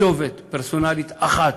כתובת פרסונלית אחת,